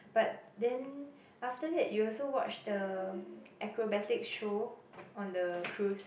but then after that you also watch the acrobatic show on the cruise